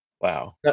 Wow